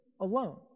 alone